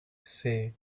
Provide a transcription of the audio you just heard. say